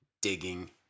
digging